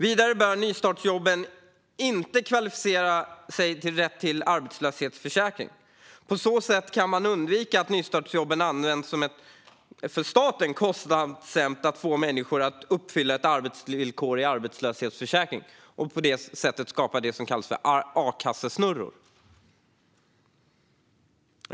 Vidare bör nystartsjobben inte kvalificera för rätt till arbetslöshetsförsäkring. På så sätt kan man undvika att nystartsjobben används som ett för staten kostsamt sätt att få människor att uppfylla ett arbetsvillkor i arbetslöshetsförsäkringen så att det som kallas för a-kassesnurror skapas.